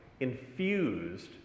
infused